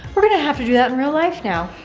we're gonna have to do that in real life now.